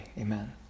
Amen